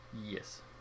Yes